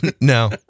No